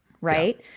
right